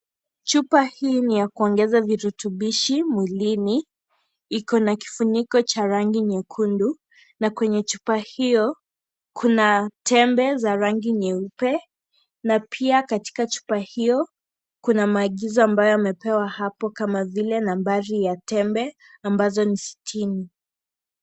Chupa hii ni ya kuongeza virutubishi mwilini. Iko na kifuniko cha rangi nyekundu. Na kwenye chupa hiyo kuna tembe za rangi nyeupe na pia katika chupa hiyo kuna maagizo ambayo yamepewa hapo kama vile nambari ya tembe ambazo ni sitini.